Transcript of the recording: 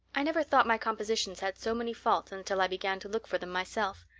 i never thought my compositions had so many faults until i began to look for them myself.